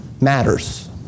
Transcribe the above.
matters